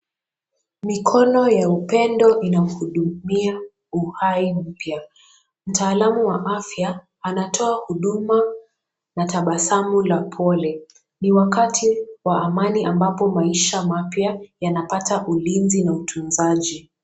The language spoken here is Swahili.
Mikono ya upendo inamhudumia uhai mpya, mtaalamu wa afya anatoa huduma na tabasamu la pole, ni wakati wa amani ambapo maisha mapya yanapata ulinzi na utunzaji.